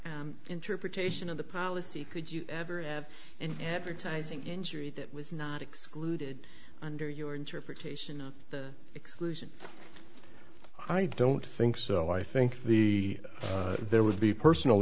r interpretation of the policy could you ever have an advertising injury that was not excluded under your interpretation exclusion i don't think so i think the there would be personal